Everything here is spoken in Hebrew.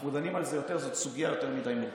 אנחנו דנים על זה יותר, זו סוגיה יותר מדי מורכבת.